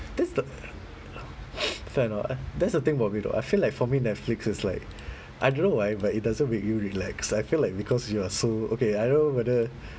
that's the fair enough I that's the thing about me though I feel like for me netflix is like I don't know why but it doesn't make you relax I feel like because you are so okay I don't know whether